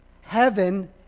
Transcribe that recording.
Heaven